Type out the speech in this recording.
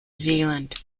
zealand